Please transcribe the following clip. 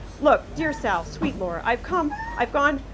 look. dear sal, sweet laura. i've come, i've gone,